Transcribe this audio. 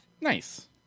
Nice